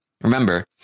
remember